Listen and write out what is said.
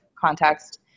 context